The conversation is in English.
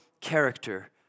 character